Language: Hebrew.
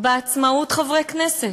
בעצמאות חברי הכנסת.